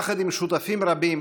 יחד עם שותפים רבים,